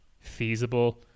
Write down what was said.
feasible